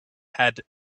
had